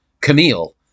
Camille